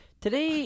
today